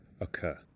occur